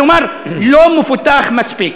כלומר לא מפותחת מספיק.